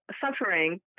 suffering